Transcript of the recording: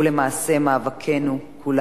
שהוא למעשה המאבק של כולנו,